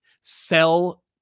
sell